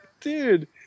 Dude